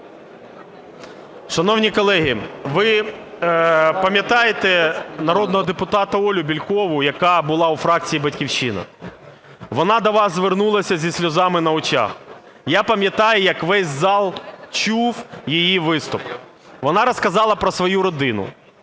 Шановні колеги, ви пам'ятаєте народного депутата Олю Бєлькову, яка була у фракції "Батьківщина". Вона до вас звернулася зі сльозами на очах. Я пам'ятаю, як весь зал чув її виступ. Вона розказала про свою родину,